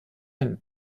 ein